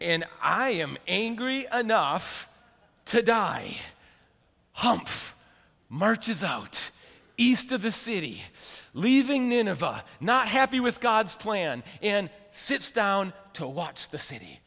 and i am angry enough to die humph marches out east of the city leaving nineveh not happy with god's plan and sits down to watch the city